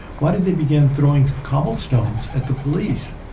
why did they begin throwing cobblestones at the police?